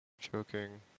choking